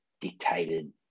dictated